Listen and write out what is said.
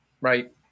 Right